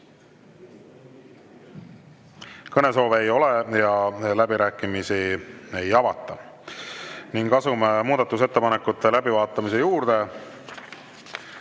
Kõnesoove ei ole, läbirääkimisi ei avata. Asume muudatusettepanekute läbivaatamise juurde.